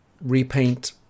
repaint